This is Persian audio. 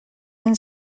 این